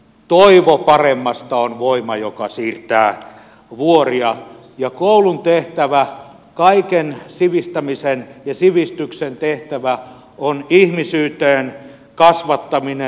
toivo paremmasta on voima joka siirtää vuoria ja koulun tehtävä kaiken sivistämisen ja sivistyksen tehtävä on ihmisyyteen kasvattaminen